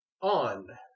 on